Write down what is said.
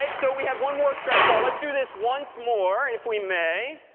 and so we have one more stress ball. let's do this once more if we may.